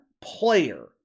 player